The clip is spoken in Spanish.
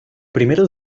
primero